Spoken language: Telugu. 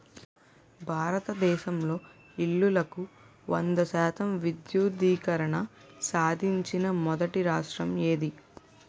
భారతదేశంలో ఇల్లులకు వంద శాతం విద్యుద్దీకరణ సాధించిన మొదటి రాష్ట్రం ఏది?